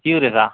কি কৰি আছা